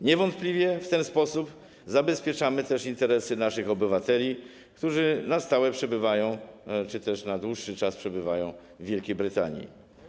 Niewątpliwie w ten sposób zabezpieczamy interesy naszych obywateli, którzy na stałe czy na dłuższy czas przebywają w Wielkiej Brytanii.